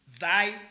thy